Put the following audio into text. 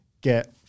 get